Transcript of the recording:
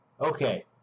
Okay